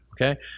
Okay